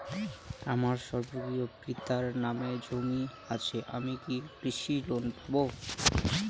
আমার স্বর্গীয় পিতার নামে জমি আছে আমি কি কৃষি লোন পাব?